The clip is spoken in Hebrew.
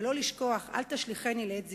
ולא לשכוח "אל תשליכני לעת זיקנה",